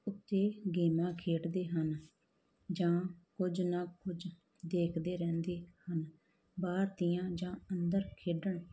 ਉੱਤੇ ਗੇਮਾਂ ਖੇਡਦੇ ਹਨ ਜਾਂ ਕੁਝ ਨਾ ਕੁਝ ਦੇਖਦੇ ਰਹਿੰਦੇ ਹਨ ਬਾਹਰ ਦੀਆਂ ਜਾਂ ਅੰਦਰ ਖੇਡਣ